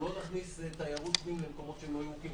אנחנו לא נכניס תיירות פנים למקומות לא ירוקים.